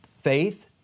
Faith